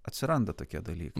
atsiranda tokie dalykai